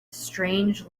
strange